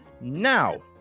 now